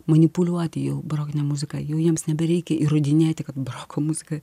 manipuliuoti jau barokine muzika jau jiems nebereikia įrodinėti kad baroko muziką